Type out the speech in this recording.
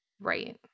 Right